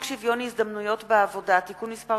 הצעת חוק שוויון ההזדמנויות בעבודה (תיקון מס'